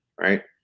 right